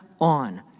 on